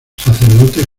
sacerdote